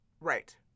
right